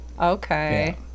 okay